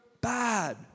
bad